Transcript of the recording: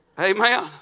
Amen